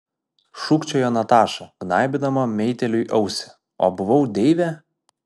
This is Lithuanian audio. šūkčiojo nataša gnaibydama meitėliui ausį o buvau deivė